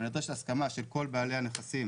נדרשת הסכמה של כל בעלי הנכסים